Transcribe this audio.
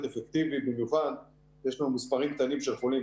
אפקטיבי במיוחד כשיש לנו מספרים קטנים של חולים,